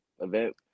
event